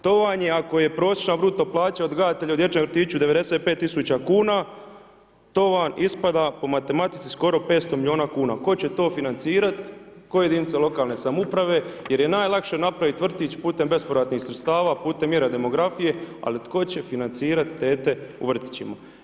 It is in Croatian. To vam je, ako je prosječna bruto plaća odgajatelja u dječjem vrtiću 95000 kuna, to vam ispada po matematici skoro 500 milijuna kuna, tko će to financirati?, koje jedinice lokalne samouprave?, jer je najlakše napraviti vrtić putem bespovratnih sredstava, putem mjere demografije ali tko će financirat tete u vrtićima?